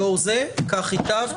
לאור זה כך ייטב.